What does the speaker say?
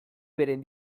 beren